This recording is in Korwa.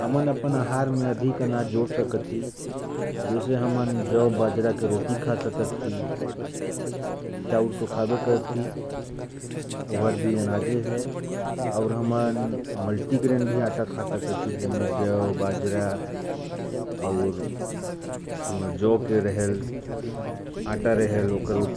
हम अपने आहार में अधिक अनाज जोड़ सकते हैं। जैसे हम बाजरा की रोटी खा सकते हैं, चावल तो खाते ही हैं, और भी अनाज हैं, जैसे मल्टी-ग्रेन, बाजरा की रोटी, और